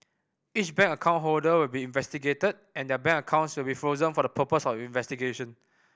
each bank account holder will be investigated and their bank accounts will be frozen for the purpose of investigation